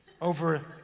over